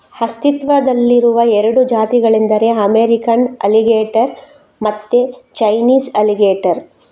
ಅಸ್ತಿತ್ವದಲ್ಲಿರುವ ಎರಡು ಜಾತಿಗಳೆಂದರೆ ಅಮೇರಿಕನ್ ಅಲಿಗೇಟರ್ ಮತ್ತೆ ಚೈನೀಸ್ ಅಲಿಗೇಟರ್